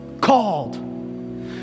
called